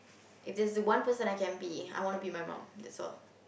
if it's the one person I can be I want to be my mum that's all